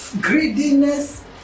greediness